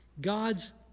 God's